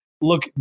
look